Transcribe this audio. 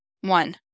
One